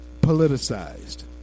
Politicized